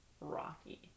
rocky